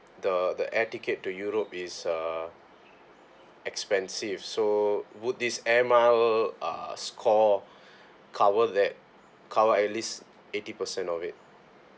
the the air ticket to europe is uh expensive so would this airmiles uh score cover that cover at least eighty percent of it